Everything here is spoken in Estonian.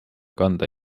kanda